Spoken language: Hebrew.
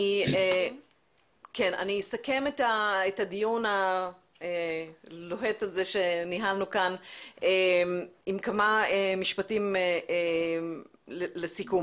אני אסכם את הדיון הלוהט הזה שניהלנו כאן עם כמה משפטים לסיכום.